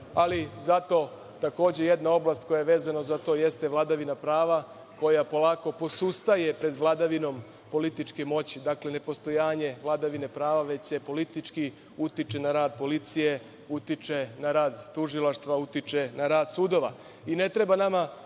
Ali, zato, takođe jedna oblast koja je vezana za to jeste vladavina prava koja polako posustaje pred vladavinom političke moći. Dakle, nepostojanje vladavine prava, već se politički utiče na rad policije, utiče na rad tužilaštva, utiče na rad sudova. Ne